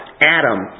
Adam